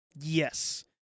Yes